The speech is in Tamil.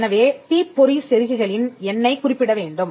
எனவே தீப்பொறி செருகிகளின் எண்ணைக் குறிப்பிட வேண்டும்